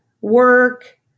work